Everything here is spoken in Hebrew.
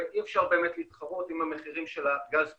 ואי-אפשר באמת להתחרות עם המחירים של הגז פה.